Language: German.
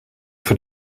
für